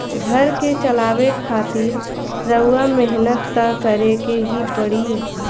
घर के चलावे खातिर रउआ मेहनत त करें के ही पड़ी